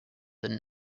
than